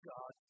God